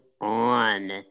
on